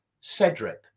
Cedric